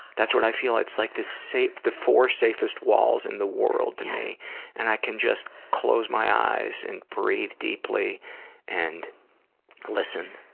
that's what i feel like the safe, the four safest walls in the world to me and i can just close my eyes and breathe deeply and listen.